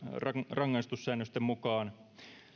rangaistussäännösten mukaan